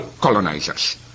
colonizers